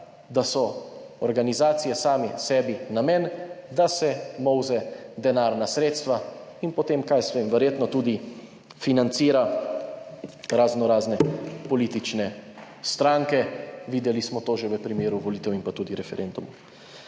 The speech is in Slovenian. da so organizacije same sebi namen, da se molze denarna sredstva in potem, kaj jaz vem, verjetno tudi financira raznorazne politične stranke. Videli smo to že v primeru volitev in pa tudi referendumov.